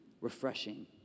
refreshing